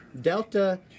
Delta